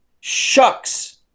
shucks